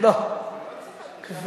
אני מציע